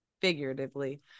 figuratively